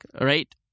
right